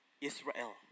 Israel